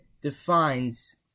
defines